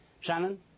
Shannon